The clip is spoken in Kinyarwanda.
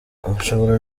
bashoboraga